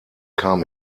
kam